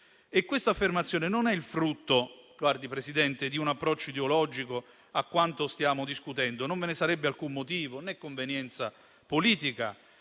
Quest'affermazione non è il frutto di un approccio ideologico a quanto stiamo discutendo. Non ve ne sarebbe alcun motivo, né convenienza politica,